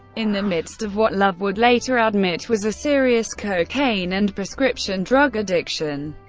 in the midst of what love would later admit was a serious cocaine and prescription drug addiction,